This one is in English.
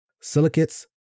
silicates